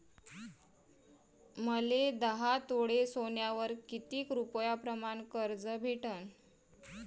मले दहा तोळे सोन्यावर कितीक रुपया प्रमाण कर्ज भेटन?